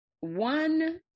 one